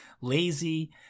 lazy